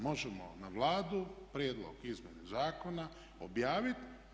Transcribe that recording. Možemo na Vladu prijedlog izmjene zakona objaviti.